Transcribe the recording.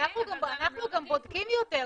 אנחנו גם בודקים יותר,